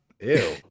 Ew